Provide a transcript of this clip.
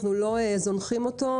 אנחנו לא זונחים אותו.